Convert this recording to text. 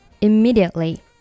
immediately